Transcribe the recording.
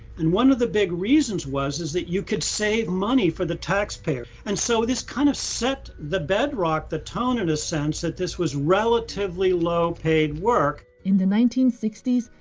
and one of the big reasons was, is that you could save money for the taxpayer. and so this kind of set the bedrock, the tone and a sense that this was relatively low paid work. in the nineteen sixty s,